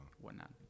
whatnot